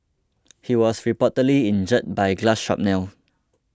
he was reportedly injured by glass shrapnel